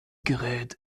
gerät